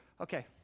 Okay